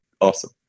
awesome